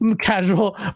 casual